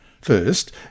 First